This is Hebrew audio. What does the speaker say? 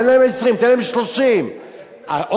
תן להם 20%, תן להם 30% אני אגיד לך למה.